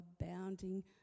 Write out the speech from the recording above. abounding